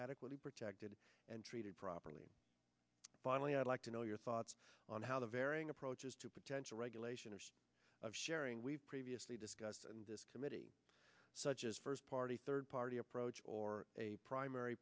adequately protected and treated properly finally i'd like to know your thoughts on how the varying approaches to potential regulation of sharing we previously discussed and this committee such as first party third party approach or a primary